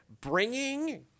bringing